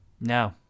No